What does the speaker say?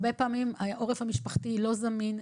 הרבה פעמים העורף המשפחתי לא זמין,